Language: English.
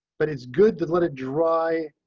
but it's good to let it dry.